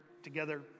Together